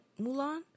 Mulan